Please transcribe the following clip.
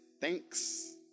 Thanks